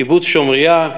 קיבוץ שומריה,